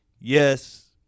yes